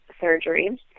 surgery